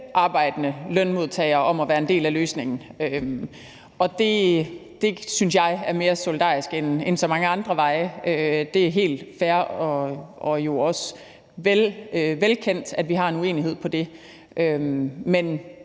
arbejdende lønmodtagere om at være en del af løsningen. Det synes jeg er mere solidarisk end så mange andre veje. Det er helt fair og jo også velkendt, at vi har en uenighed om det. Men